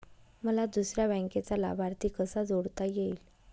मला दुसऱ्या बँकेचा लाभार्थी कसा जोडता येईल?